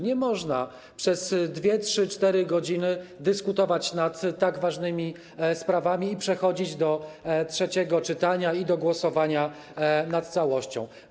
Nie można przez 2, 3 czy 4 godziny dyskutować nad tak ważnymi sprawami i przechodzić do trzeciego czytania, do głosowania nad całością.